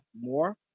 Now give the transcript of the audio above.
more